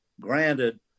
Granted